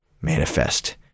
manifest